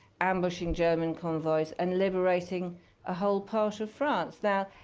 ambushing german convoys, and liberating a whole part of france. now,